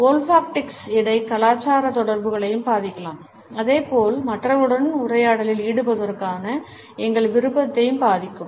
olfactics இடை கலாச்சார தொடர்புகளையும் பாதிக்கலாம் அதே போல் மற்றவர்களுடன் உரையாடலில் ஈடுபடுவதற்கான எங்கள் விருப்பத்தையும் பாதிக்கும்